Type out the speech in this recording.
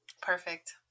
Perfect